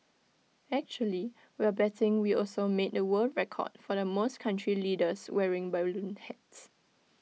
actually we're betting we also made the world record for the most country leaders wearing balloon hats